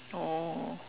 oh